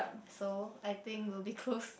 so I think will be close